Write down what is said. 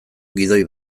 gidoi